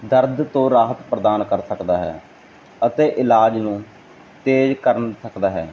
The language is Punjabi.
ਦਰਦ ਤੋਂ ਰਾਹਤ ਪ੍ਰਦਾਨ ਕਰ ਸਕਦਾ ਹੈ ਅਤੇ ਇਲਾਜ ਨੂੰ ਤੇਜ ਕਰ ਸਕਦਾ ਹੈ